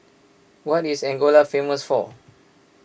what is Angola famous for